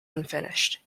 unfinished